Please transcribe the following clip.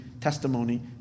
testimony